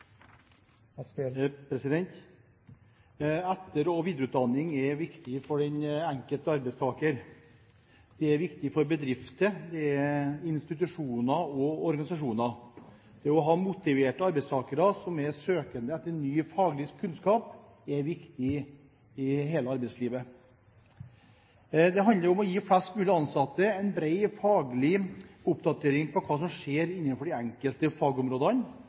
viktig for den enkelte arbeidstaker. Det er viktig for bedrifter, for institusjoner og organisasjoner. Å ha motiverte arbeidstakere som er søkende etter ny, faglig kunnskap, er viktig i hele arbeidslivet. Det handler om å gi flest mulig ansatte en bred faglig oppdatering om hva som skjer innenfor de enkelte fagområdene,